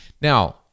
Now